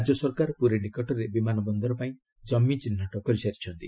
ରାଜ୍ୟ ସରକାର ପୁରୀ ନିକଟରେ ବିମାନ ବନ୍ଦର ପାଇଁ ଜମି ଚିହ୍ନଟ କରିସାରିଛନ୍ତି